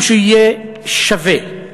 היא שיהיה שווה,